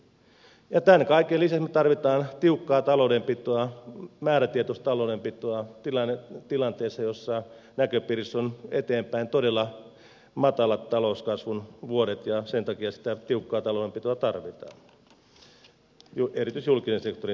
tämän kaiken lisäksi me tarvitsemme tiukkaa taloudenpitoa määrätietoista taloudenpitoa tilanteessa jossa näköpiirissä on eteenpäin todella matalat talouskasvun vuodet ja sen takia sitä tiukkaa taloudenpitoa tarvitaan erityisesti julkisen sektorin taloudenpitoa